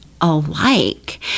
alike